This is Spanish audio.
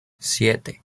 siete